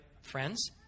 friends